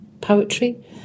poetry